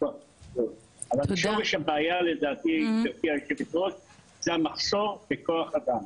אבל שורש הבעיה לדעתי, זה המחסור בכוח אדם.